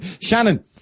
Shannon